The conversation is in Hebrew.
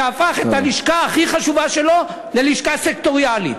שהפך את הלשכה הכי חשובה שלו ללשכה סקטוריאלית?